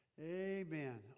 amen